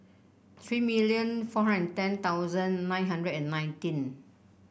three million four hundred ten thousand nine hundred and nineteen